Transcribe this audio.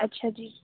اچھا جی